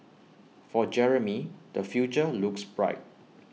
for Jeremy the future looks bright